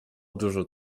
dużo